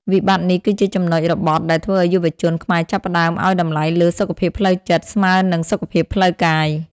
វិបត្តិនេះគឺជាចំណុចរបត់ដែលធ្វើឱ្យយុវជនខ្មែរចាប់ផ្តើមឱ្យតម្លៃលើ "សុខភាពផ្លូវចិត្ត" ស្មើនឹង "សុខភាពផ្លូវកាយ"។